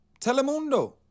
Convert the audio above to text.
Telemundo